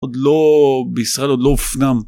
עוד לא... בישראל עוד לא הופנם...